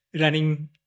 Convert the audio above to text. running